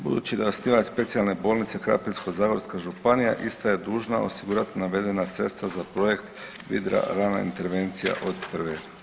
Budući da osnivač specijalne bolnice Krapinsko-zagorska županija, ista je dužna osigurat navedena sredstva za projekt Vidra-rana intervencija od prve.